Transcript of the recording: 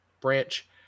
Branch